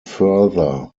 further